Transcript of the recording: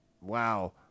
wow